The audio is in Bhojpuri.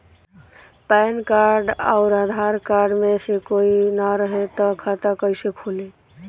पैन कार्ड आउर आधार कार्ड मे से कोई ना रहे त खाता कैसे खुली?